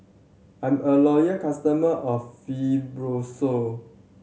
I'm a loyal customer of Fibrosol